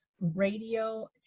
Radio